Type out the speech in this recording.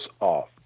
off